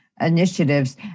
initiatives